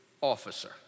officer